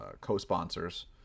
co-sponsors